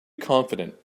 confident